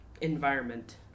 environment